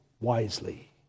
wisely